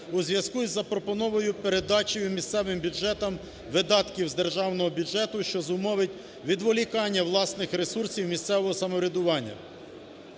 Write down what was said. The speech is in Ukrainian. у зв'язку із запропонованою передачею місцевим бюджетам видатків з державного бюджету, що зумовить відволікання власних ресурсів місцевого самоврядування.